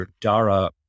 Dara